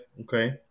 Okay